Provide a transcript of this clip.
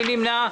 מי נמנע?